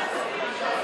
לא הצלחתי.